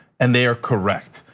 and they are correct,